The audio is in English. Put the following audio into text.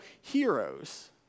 heroes